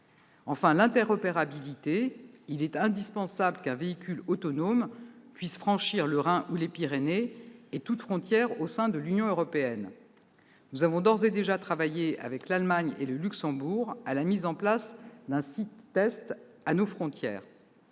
est l'interopérabilité. Il est indispensable qu'un véhicule autonome puisse franchir le Rhin, les Pyrénées ou toute frontière au sein de l'Union européenne. Nous avons d'ores et déjà travaillé avec l'Allemagne et le Luxembourg à la mise en place d'un site-test à nos frontières,